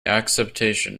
acceptation